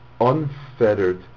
unfettered